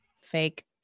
fake